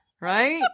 right